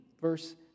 Verse